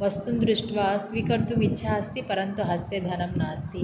वस्तुं दृष्टवा स्वीकर्तुम् इच्छा अस्ति परन्तु हस्ते धनं नास्ति